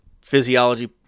physiology